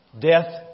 Death